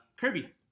Kirby